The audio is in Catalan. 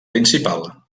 principal